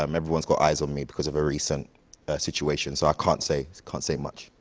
um everyone's got eyes on me because of a recent situation so i can't say can't say much.